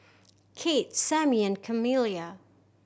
Kate Sammie and Kamila